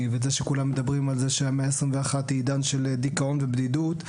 ואת זה שכולם מדברים על זה שה-121 היא עדין של דיכאון ובדידות,